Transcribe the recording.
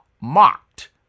mocked